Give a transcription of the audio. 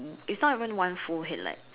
it's not even one forehead like